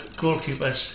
goalkeeper's